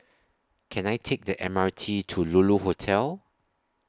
Can I Take The M R T to Lulu Hotel